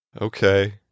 Okay